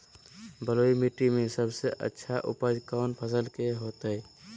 बलुई मिट्टी में सबसे अच्छा उपज कौन फसल के होतय?